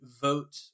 vote